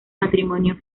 matrimonio